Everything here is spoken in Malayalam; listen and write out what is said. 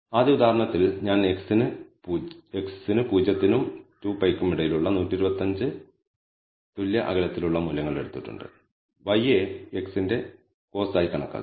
ആദ്യ ഉദാഹരണത്തിൽ ഞാൻ x ന് 0 നും 2π നും ഇടയിലുള്ള 125 തുല്യ അകലത്തിലുള്ള മൂല്യങ്ങൾ എടുത്തിട്ടുണ്ട് y നെ x ന്റെ cos ആയി കണക്കാക്കി